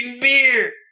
beer